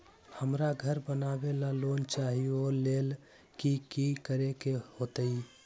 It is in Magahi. हमरा घर बनाबे ला लोन चाहि ओ लेल की की करे के होतई?